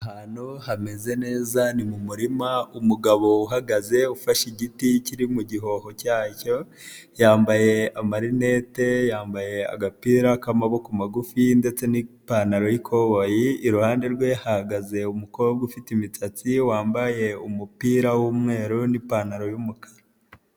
Ahantu hameze neza ni mu murima umugabo uhagaze ufashe igiti kiri mu gihoho cyacyo, yambaye amarinete yambaye agapira k'amaboko magufi ndetse n'ipantaro yikoboyi iruhande rwe hagaze umukobwa ufite imitsatsi ye wambaye umupira w'umweru n'ipantaro y'umukara.